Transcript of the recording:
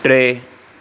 टे